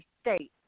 state